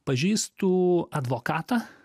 pažįstu advokatą